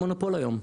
הם מונופול היום,